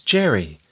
Jerry